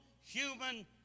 human